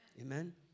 Amen